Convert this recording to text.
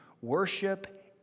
Worship